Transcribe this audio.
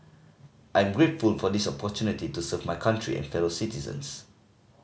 I'm grateful for this opportunity to serve my country and fellow citizens